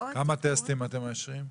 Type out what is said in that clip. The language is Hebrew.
כמה טסטים אתם מאשרים?